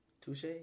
Touche